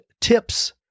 tips